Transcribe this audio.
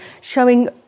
showing